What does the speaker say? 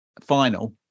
final